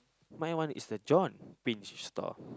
my one is the John pinch store